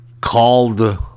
Called